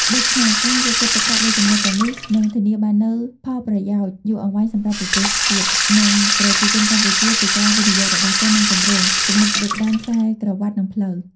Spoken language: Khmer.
ដូច្នេះការយកចិត្តទុកដាក់លើចំណុចទាំងនេះនឹងធានាបាននូវផលប្រយោជន៍យូរអង្វែងសម្រាប់ប្រទេសជាតិ និងប្រជាជនកម្ពុជាពីការវិនិយោគរបស់ចិន និងគម្រោង គំនិតផ្ដួចផ្ដើមខ្សែក្រវាត់ និងផ្លូវ។